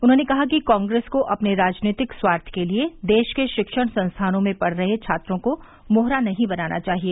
उन्होंने कहा कि कांग्रेस को अपने राजनीतिक स्वार्थ के लिए देश के शिक्षण संस्थानों में पढ़ रहे छात्रों को मोहरा नहीं बनाना चाहिए